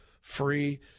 free